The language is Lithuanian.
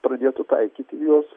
pradėtų taikyti juos